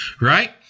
Right